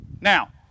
Now